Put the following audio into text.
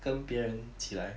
跟别人起来